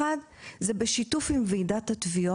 הראשון: בשיתוף עם ועידת התביעות,